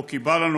או כי בא לנו,